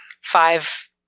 five